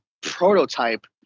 prototype